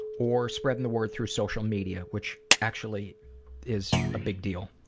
or spreading the word through social media which actually is a big deal.